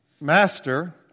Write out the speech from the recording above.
Master